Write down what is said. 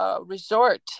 resort